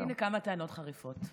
אז הינה כמה טענות חריפות.